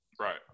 Right